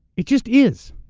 it just is.